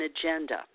agenda